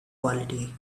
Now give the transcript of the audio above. quality